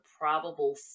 probable